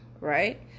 right